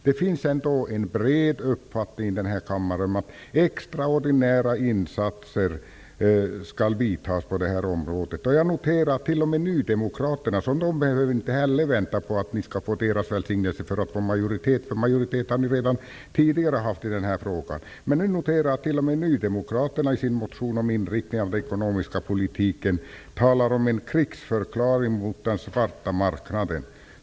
Det finns en bred uppslutning i den här kammaren för att extraordinära insatser skall vidtas på detta område. Jag noterar att ni inte ens behöver vänta på att få nydemokraternas välsignelse för att få majoritet, därför att ni redan tidigare har haft majoritet i den här frågan. Men nu noterar jag att t.o.m. nydemokraterna i sin motion om inriktningen av den ekonomiska politiken talar om en krigsförklaring mot den svarta marknaden.